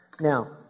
Now